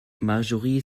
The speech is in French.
marjorie